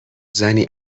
زنی